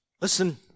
listen